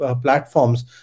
platforms